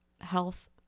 health